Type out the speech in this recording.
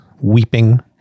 Weeping